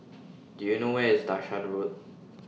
Do YOU know Where IS Dashan Road